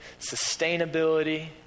sustainability